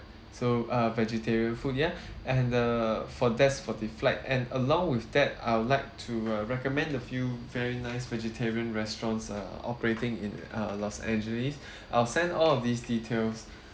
so err vegetarian food ya and the for that's for the flight and along with that I would like to uh recommend a few very nice vegetarian restaurants err operating in uh los angeles I'll send all of these details